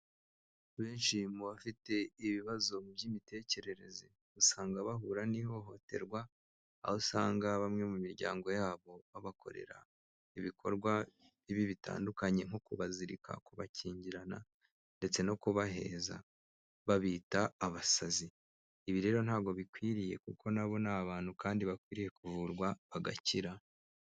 Benshi mu bafite ibibazo by'imitekerereze, usanga bahura n'ihohoterwa aho usanga bamwe mu miryango yabo, babakorera ibikorwa bibi bitandukanye nko kubazirika, kubakingirana ndetse no kubaheza babita abasazi, ibi rero ntabwo bikwiriye kuko na bo ni abantu kandi bakwiriye kuvurwa bagakira.